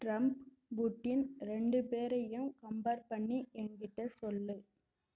Trump Putin ரெண்டு பேரையும் compare பண்ணி என்கிட்ட சொல்